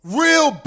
real